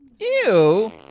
Ew